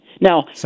Now